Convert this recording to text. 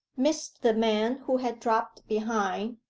missed the man who had dropped behind,